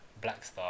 Blackstar